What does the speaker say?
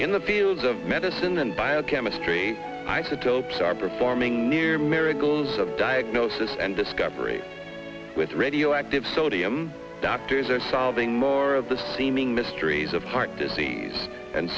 in the fields of medicine and biochemistry isotopes are performing near miracles of diagnosis and discovery with radioactive sodium doctors are solving more of the seeming mysteries of heart disease and